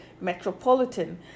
metropolitan